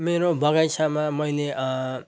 मेरो बगैँचामा मैले